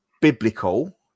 biblical